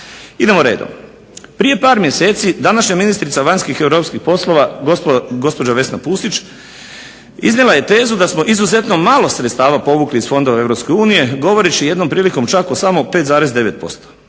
Idemo redom. Prije par mjeseci današnja ministrica vanjskih i europskih poslova gospođa Vesna Pusić iznijela je tezu da smo izuzetno malo sredstava povukli iz fondova EU govoreći jednom prilikom čak o samo 5,9%.